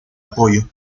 apoyo